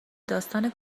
داستان